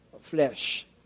flesh